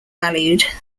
valued